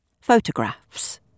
Photographs